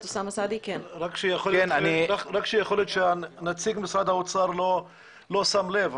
יכול להיות שנציג משרד האוצר לא שם לב,